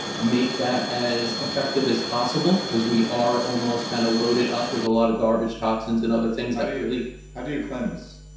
make that as effective as possible because we are almost kind of loaded up with a lot of garbage toxins and other things that really how do you cleanse?